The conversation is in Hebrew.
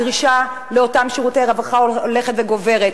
הדרישה לאותם שירותי רווחה הולכת וגוברת.